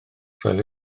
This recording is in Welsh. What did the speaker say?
roedd